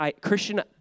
Christian